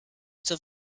zur